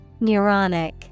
Neuronic